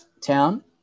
town